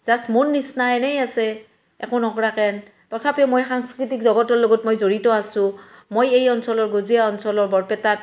just মোৰ নিচিনা এনেই আছে একো নকৰাকৈ তথাপিও মই সাংস্কৃতিক জগতৰ লগত মই জড়িত আছো মই এই অঞ্চলৰ গজীয়া অঞ্চলৰ বৰপেটাত